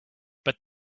but